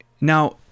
Now